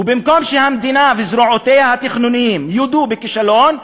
ובמקום שהמדינה וזרועותיה התכנוניות יודו בכישלון,